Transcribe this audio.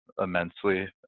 immensely